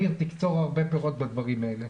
ניר, שתקצור הרבה פירות בדברים האלה.